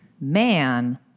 man